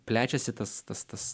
plečiasi tas tas tas